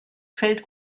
fällt